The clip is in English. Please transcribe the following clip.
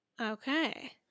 Okay